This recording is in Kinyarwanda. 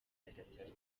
nyagatare